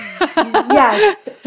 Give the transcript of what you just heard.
Yes